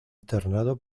internado